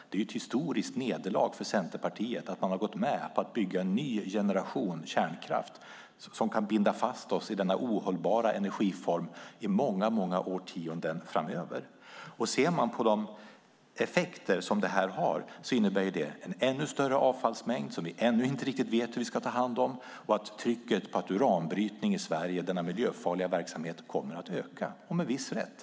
Det är ett historiskt nederlag för Centerpartiet att ha gått med på att bygga en ny generation kärnkraft som kan binda fast oss i denna ohållbara energiform i många årtionden framöver. Effekterna av detta innebär en ännu större avfallsmängd som vi ännu inte riktigt vet hur vi ska ta hand om. Trycket på uranbrytning i Sverige - denna miljöfarliga verksamhet - kommer att öka. Med viss rätt.